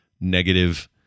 negative